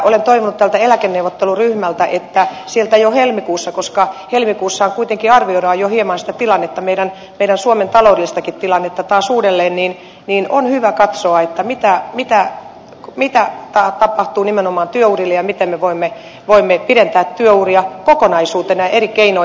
olen toivonut tältä eläkeneuvotteluryhmältä että jo helmikuussa koska helmikuussahan kuitenkin arvioidaan jo hieman sitä tilannetta meidän suomen taloudellistakin tilannetta taas uudelleen on hyvä katsoa mitä tapahtuu nimenomaan työurille ja miten me voimme pidentää työuria kokonaisuutena ja eri keinoin